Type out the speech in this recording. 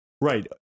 Right